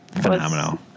Phenomenal